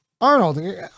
Arnold